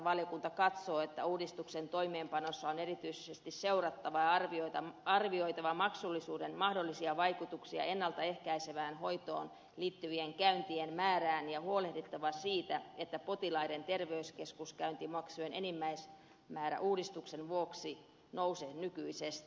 valiokunta katsoo että uudistuksen toimeenpanossa on erityisesti seurattava ja arvioitava maksullisuuden mahdollisia vaikutuksia ennalta ehkäisevään hoitoon liittyvien käyntien määrään ja huolehdittava siitä ettei potilaiden terveyskeskuskäyntimaksujen enimmäismäärä uudistuksen vuoksi nouse nykyisestä